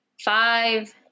five